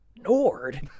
Nord